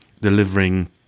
delivering